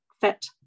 fit